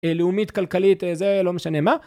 לאומית, כלכלית, זה, לא משנה מה